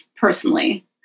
personally